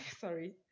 Sorry